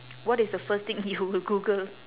what is the first thing you will google